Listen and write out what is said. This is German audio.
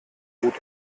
gut